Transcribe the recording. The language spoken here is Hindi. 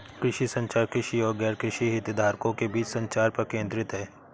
कृषि संचार, कृषि और गैरकृषि हितधारकों के बीच संचार पर केंद्रित है